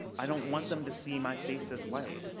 i don't want them to see my face is white.